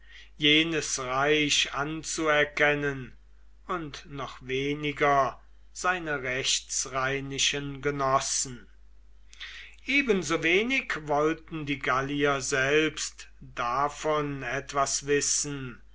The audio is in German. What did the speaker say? jenes reich anzuerkennen und noch weniger seine rechtsrheinischen genossen ebenso wenig wollten die gallier selbst davon etwas wissen